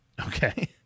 Okay